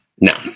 No